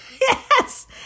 Yes